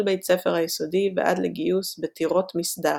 בית הספר היסודי ועד לגיוס ב"טירות מסדר"